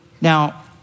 Now